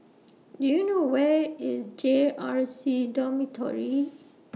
Do YOU know Where IS J R C Dormitory